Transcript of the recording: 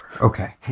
okay